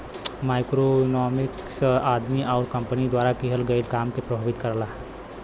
macroeconomics आदमी आउर company द्वारा किहल गयल काम के प्रभावित करला